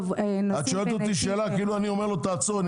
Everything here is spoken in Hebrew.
את שואלת אותי שאלה כאילו אני אומר לו תעצור,